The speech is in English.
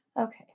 Okay